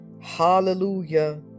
hallelujah